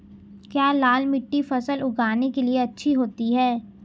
क्या लाल मिट्टी फसल उगाने के लिए अच्छी होती है?